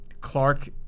Clark